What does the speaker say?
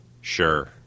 Sure